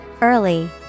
Early